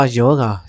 yoga